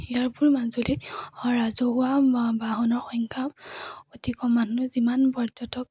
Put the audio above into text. ইয়াৰোপৰিও মাজুলীত ৰাজহুৱা বা বাহনৰ সংখ্যা অতি কম মানুহ যিমান পৰ্যটক